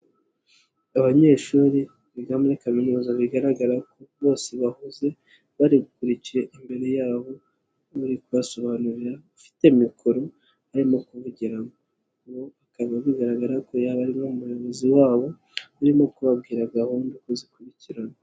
Abanyeshuri biga muri kaminuza, bigaragara ko bose bahuze, barikurikiye imbere yabo, uri kubasobanurira ufite mikoro, arimo kuvugiramo, ubu akaba bigaragara ko yaba ari umwe mubayobozi babo, urimo kubabwira gahunda uko zikurikirana.